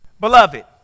Beloved